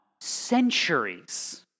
centuries